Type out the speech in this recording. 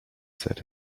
said